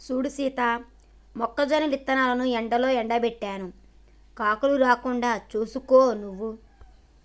సూడు సీత మొక్కజొన్న ఇత్తనాలను ఎండలో ఎండబెట్టాను కాకులు రాకుండా సూసుకో నువ్వు